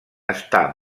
està